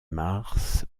mars